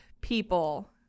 people